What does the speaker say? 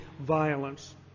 violence